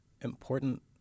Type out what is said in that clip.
important